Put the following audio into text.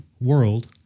world